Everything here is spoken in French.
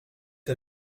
est